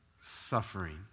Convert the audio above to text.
Suffering